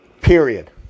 Period